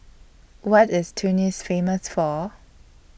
What IS Tunis Famous For